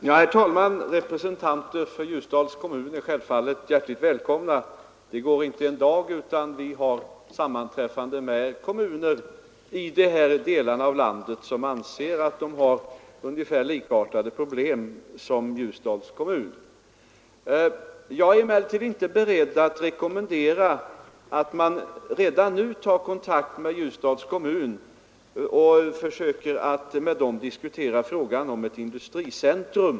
Herr talman! Representanter för Ljusdals kommun är självfallet hjärtligt välkomna. Inte en dag går utan att vi på departementet sammanträffar med kommuner från dessa delar av landet, vilka anser att de har problem ungefär likartade dem som Ljusdals kommun har. Jag är emellertid inte beredd att rekommendera att man redan nu tar kontakt med Ljusdals kommun för att med kommunen diskutera ett industricentrum.